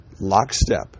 lockstep